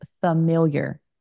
familiar